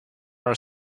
are